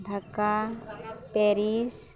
Dhaka Paris